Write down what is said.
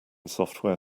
software